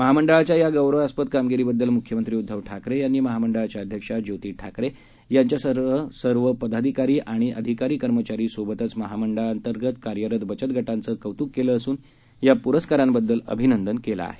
महामंडळाच्यायागौरवास्पदकामगिरीबद्दलमुख्यमंत्रीउद्धवठाकरेयांनीमहामंडळाच्याअध्य क्षाज्योतीठाकरेयांच्यासहसर्वपदाधिकारीआणिअधिकारी कर्मचारीसोबतचमहामंडळांतर्गतकार्यरतबचतगटांचंकौतुककेलंअसूनयापुरस्कारांबद्दलअ भिनंदनकेलआहे